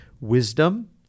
wisdom